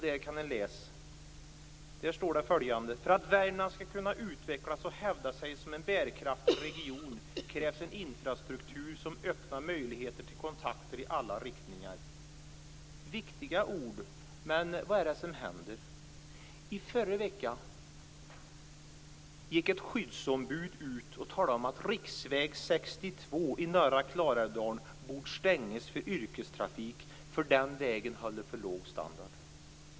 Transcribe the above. Där står det följande: För att Värmland skall kunna utvecklas och hävda sig som en bärkraftig region krävs en infrastruktur som öppnar möjligheter till kontakter i alla riktningar. Det är viktiga ord. Men vad är det som händer? I förra veckan gick ett skyddsombud ut och talade om att riksväg 62 i norra Klarälvsdalen borde stängas för yrkestrafik, eftersom den vägen håller för låg standard.